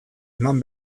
eman